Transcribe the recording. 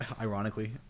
Ironically